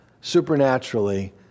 supernaturally